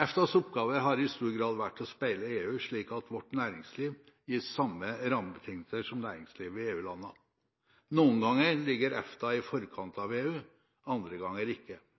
EFTAs oppgave har i stor grad vært å speile EU, slik at vårt næringsliv gis samme rammebetingelser som næringslivet i EU-landene. Noen ganger ligger EFTA i forkant av EU, og andre ganger ikke.